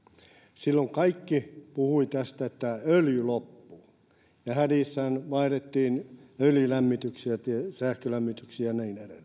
silloin kaikki puhuivat siitä että öljy loppuu ja hädissään vaihdettiin öljylämmityksiä sähkölämmityksiin ja niin edelleen